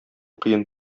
кыен